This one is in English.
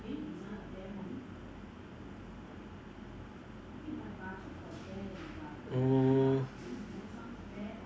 mm